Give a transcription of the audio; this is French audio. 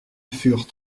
furent